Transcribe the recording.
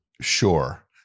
sure